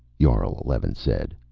jarl eleven said.